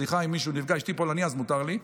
סליחה אם מישהו נפגע, אשתי פולנייה אז מותר לי.